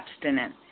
abstinent